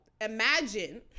imagine